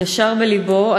ישר בלבו,